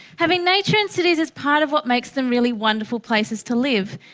having nature in cities is part of what makes them really wonderful places to live,